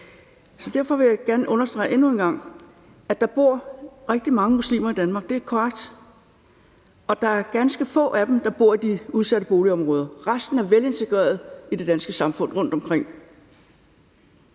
Så derfor vil jeg gerne understrege endnu en gang, at der bor rigtig mange muslimer i Danmark – det er korrekt – og der er ganske få af dem, der bor i de udsatte boligområder. Resten er velintegreret i det danske samfund rundtomkring,